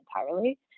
entirely